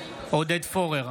עודד פורר,